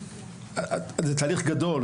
זה תהליך גדול.